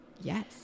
Yes